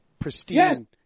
pristine